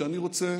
שאני רוצה